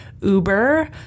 Uber